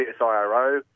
CSIRO